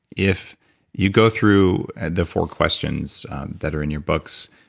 if you go through the four questions that are in your books,